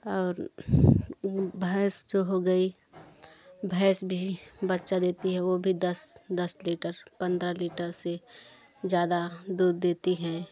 और भैंस जो हो गई भैंस भी बच्चा देती है वो भी दस दस लीटर पंद्रह लीटर से ज़्यादा दूध देती हैं